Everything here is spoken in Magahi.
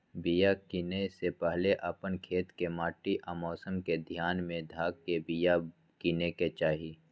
बिया किनेए से पहिले अप्पन खेत के माटि आ मौसम के ध्यान में ध के बिया किनेकेँ चाही